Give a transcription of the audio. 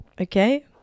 Okay